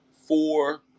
four